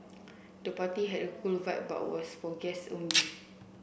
the party had a cool vibe but was for guests only